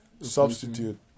substitute